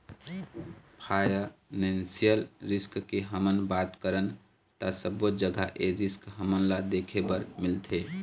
financial risk के हमन बात करन ता सब्बो जघा ए रिस्क हमन ल देखे बर मिलथे